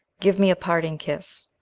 give me a parting kiss.